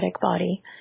body